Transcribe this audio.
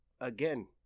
again